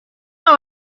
know